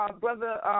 brother